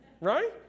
Right